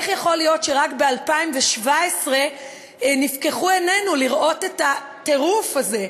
איך יכול להיות שרק ב-2017 נפקחו עינינו לראות את הטירוף הזה,